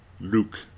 Luke